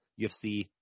UFC